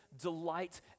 delight